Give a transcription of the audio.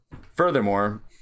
Furthermore